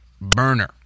burner